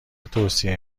توصیه